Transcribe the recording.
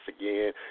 again